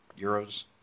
euros